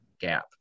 gap